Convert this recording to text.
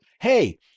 hey